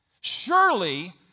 Surely